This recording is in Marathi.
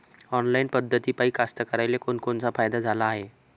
ऑनलाईन पद्धतीपायी कास्तकाराइले कोनकोनचा फायदा झाला हाये?